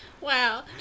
Wow